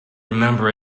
remember